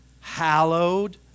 hallowed